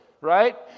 right